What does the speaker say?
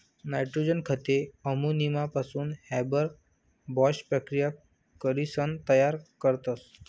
nitrogen खते अमोनियापासून Haber Bosch प्रकिया करीसन तयार करतस